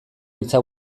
hitza